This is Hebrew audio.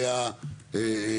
שידווח מתי הפח מלא שיאספו אותו לפני,